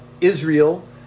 Israel